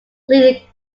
lead